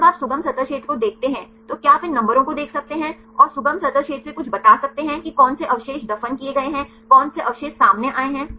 जब आप सुगम सतह क्षेत्र को देखते हैं तो क्या आप इन नंबरों को देख सकते हैं और सुगम सतह क्षेत्र से कुछ बता सकते हैं कि कौन से अवशेष दफन किए गए हैं कौन से अवशेष सामने आए हैं